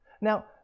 Now